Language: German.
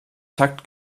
takt